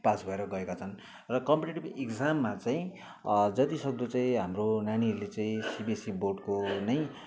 pass भएर गएका छन् र कम्पिटेटिभ इक्जाममा चाहिँ जति सक्दो चाहिँ हाम्रो नानीहरूले चाहिँ सिबिएससी बोर्डको नै